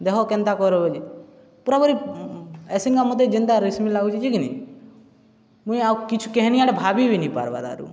ଦେହ କେନ୍ତା କର ଯେ ପୁରାପୁରି ଏସିଙ୍ଗା ମୋତେ ଯେନ୍ତା ରେଶମି ଲାଗୁଛି ଯେ କିିନି ମୁଇଁ ଆଉ କିଛି କେହନି ଆଡ଼େ ଭାବିବି ନାଇଁ ପାର୍ବା ଆରୁ